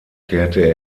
kehrte